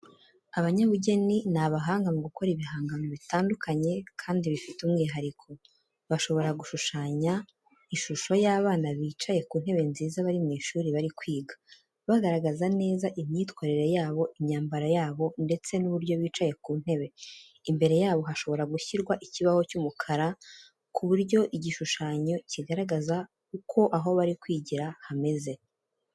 Abanyabugeni, ni abahanga mu gukora ibihangano bitandukanye, kandi bifite umwihariko. Bashobora gushushanya ishusho y'abana bicaye ku ntebe nziza bari mu ishuri bari kwiga, bagaragaza neza imyitwarire yabo, imyambaro yabo, ndetse n'uburyo bicaye ku ntebe. Imbere yabo hashobora gushyirwa ikibaho cy'umukara, ku buryo igishushanyo kigaragaza uko aho bari kwigira hameze.